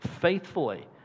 faithfully